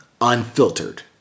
Unfiltered